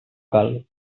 cal